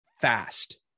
fast